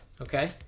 Okay